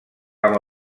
amb